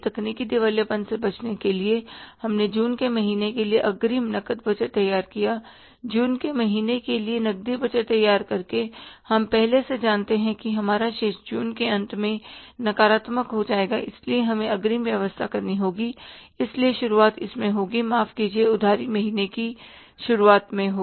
तकनीकी दिवालियेपन से बचने के लिए हमने जून के महीने के लिए अग्रिम नकद बजट तैयार किया जून के महीने के लिए नकदी बचत तैयार करके हम पहले से जानते हैं कि हमारा शेष जून के अंत में नकारात्मक हो जाएगा इसलिए हमें अग्रिम व्यवस्था करनी होगी इसीलिए शुरुआत इसमें होगी माफ कीजिए उधारी महीने की शुरुआत में होगी